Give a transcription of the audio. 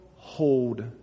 Hold